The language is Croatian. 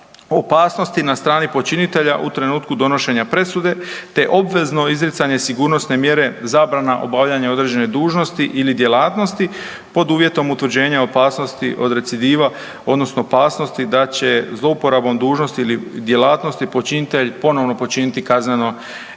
opasnosti na strani počinitelja u trenutku donošenja presude te obvezno izricanje sigurnosne mjere zabrana obavljanja određene dužnosti ili djelatnosti pod uvjetom utvrđenja opasnosti od recidiva odnosno opasnosti da će zlouporabom dužnosti ili djelatnosti počinitelj ponovno počiniti kazneno